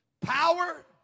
power